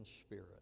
spirit